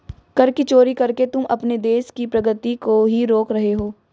कर की चोरी करके तुम अपने देश की प्रगती को ही रोक रहे हो